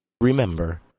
remember